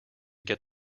get